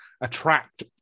attract